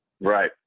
Right